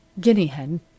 Guinea-hen